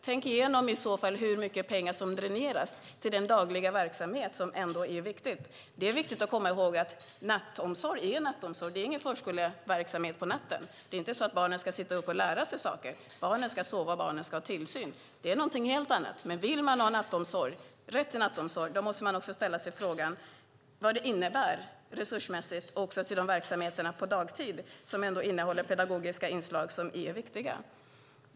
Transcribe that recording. Tänk i så fall igenom hur mycket pengar som dräneras till den dagliga verksamhet som ändå är viktig. Det är viktigt att komma ihåg att nattomsorg är nattomsorg. Det är inte någon förskoleverksamhet på natten. Det är inte så att barnen ska sitta uppe och lära sig saker. Barnen ska sova och ha tillsyn. Det är någonting helt annat. Vill man ha rätt till nattomsorg måste man ställa sig frågan vad det innebär resursmässigt också för verksamheterna på dagtid som ändå innehåller pedagogiska inslag som är viktiga.